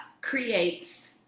creates